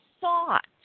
thought